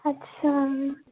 আচ্ছা